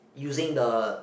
using the